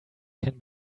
can